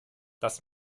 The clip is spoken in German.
das